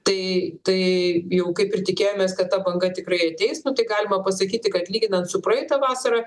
tai tai jau kaip ir tikėjomės kad ta banga tikrai ateis nu tai galima pasakyti kad lyginant su praeita vasara